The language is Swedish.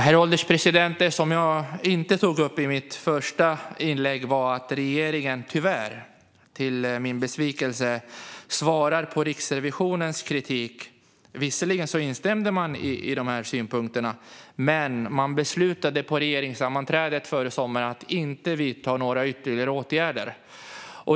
Herr ålderspresident! Det som jag inte tog upp i mitt första inlägg var min besvikelse över regeringens svar på Riksrevisionens kritik. Visserligen instämde man i synpunkterna, men på regeringssammanträdet före sommaren beslutade man tyvärr att inte vidta några ytterligare åtgärder.